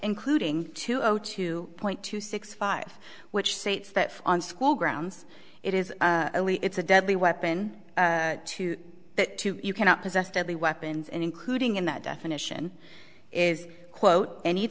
including two zero two point two six five which states that on school grounds it is only it's a deadly weapon to that you cannot possess deadly weapons and including in that definition is quote any